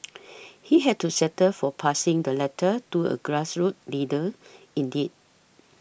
he had to settle for passing the letter to a grassroots leader indeed